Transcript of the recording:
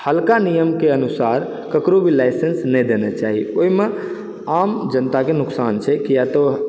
हल्का नियमके अनुसार ककरो भी लाइसेन्स नहि देना चाही ओहिमे आम जनताके नुकसान छै किया तऽ